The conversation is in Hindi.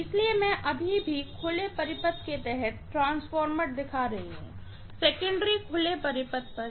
इसलिए मैं अभी भी ओपन सर्किट के तहत ट्रांसफार्मर दिखा रहा हूं सेकेंडरी ओपन सर्किट पर है